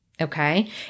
okay